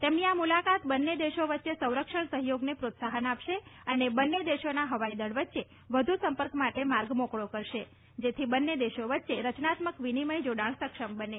તેમની આ મુલાકાત બંને દેશો વચ્ચે સંરક્ષણ સહયોગને પ્રોત્સાહન આપશે અને બંને દેશોના હવાઈ દળ વચ્ચે વધુ સંપર્ક માટે માર્ગ મોકળો કરશે જેથી બંને દેશો વચ્ચે રચનાત્મક વિનિમય જોડાણ સક્ષમ બનશે